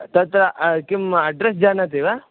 तत्र किम् अड्रेस् जानाति वा